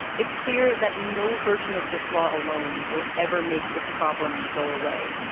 it's clear that no version of this law alone will ever make this problem go away.